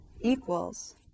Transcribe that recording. equals